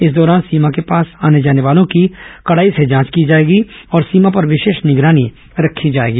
इस दौरान सीमा के पास आने जाने वालों की कड़ाई से जांच की जाएगी और सीमा पर विशेष निगरानी रखी जाएगी